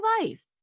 life